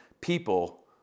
people